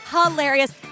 hilarious